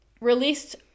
released